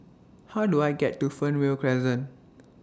How Do I get to Fernvale Crescent